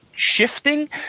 Shifting